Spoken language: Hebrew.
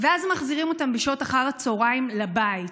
ואז מחזירים אותם בשעות אחר הצוהריים לבית.